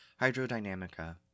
Hydrodynamica